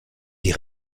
die